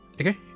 Okay